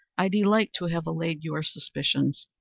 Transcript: i delight to have allayed your suspicions.